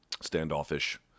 Standoffish